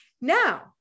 Now